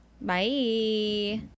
Bye